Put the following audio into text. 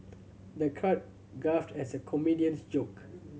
the crowd guffawed the comedian's joke